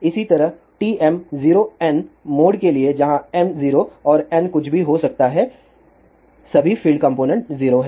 इसी तरह TM0n mode के लिए जहां m 0 और n कुछ भी हो सकता हैं सभी फील्ड कॉम्पोनेन्ट 0 हैं